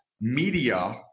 media